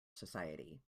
society